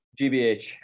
GBH